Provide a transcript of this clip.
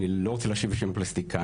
אני לא רוצה להשיב בשם הפלסטיקאים,